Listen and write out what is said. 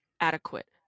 adequate